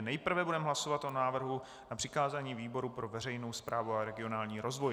Nejprve budeme hlasovat o návrhu na přikázání výboru pro veřejnou správu a regionální rozvoj.